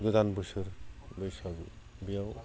गोदान बोसोर बैसागु बेयाव